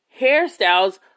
hairstyles